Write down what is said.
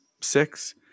six